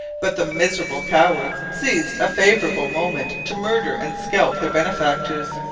but the miserable cowards seized a favourable moment to murder and scalp their benefactors.